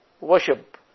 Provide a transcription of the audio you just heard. Worship